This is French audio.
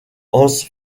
hans